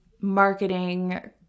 marketing